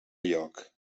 lloc